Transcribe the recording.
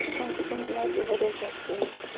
ہاں سٲنۍ لایف گٔے واریاہ زیادٕ چینج